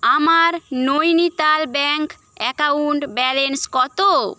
আমার Nainital bank account balance কত